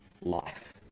life